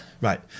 Right